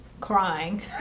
crying